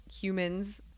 humans